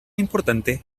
importante